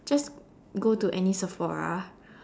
just go to any Sephora